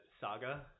saga